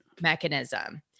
mechanism